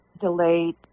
delayed